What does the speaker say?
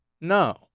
no